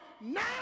Now